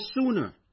sooner